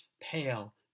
pale